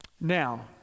Now